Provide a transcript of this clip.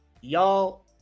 y'all